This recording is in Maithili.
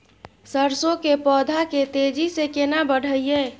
सरसो के पौधा के तेजी से केना बढईये?